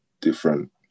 different